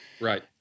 Right